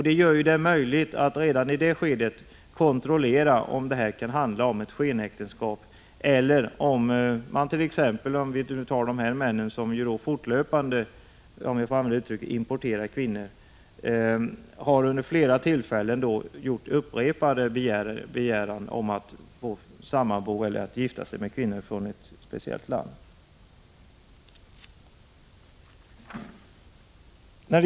Det gör det möjligt för oss att redan i det skedet kontrollera om det rör sig om ett skenäktenskap eller om de män som fortlöpande ”importerar” kvinnor hit finns med i bilden, män som vid flera tillfällen begärt att få sammanbo eller gifta sig med kvinnor från ett speciellt land.